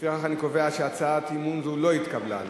לפיכך, אני קובע שהצעת אי-אמון זו לא התקבלה.